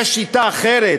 יש שיטה אחרת,